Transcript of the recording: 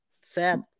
sad